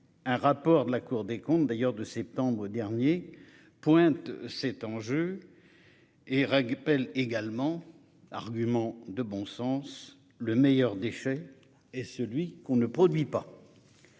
Un rapport de la Cour des comptes de septembre dernier pointe cet enjeu et rappelle également un argument de bon sens : le meilleur déchet est celui qu'on ne produit pas.